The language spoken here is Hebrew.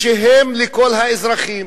והם לכל האזרחים,